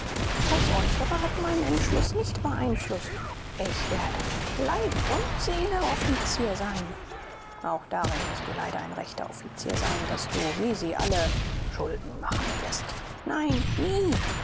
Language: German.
das äußere hat meinen entschluß nicht beeinflußt ich werde mit leib und seele offizier sein auch darin wirst du leider ein rechter offizier sein daß du wie sie alle schulden machen wirst nein nie